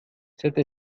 cette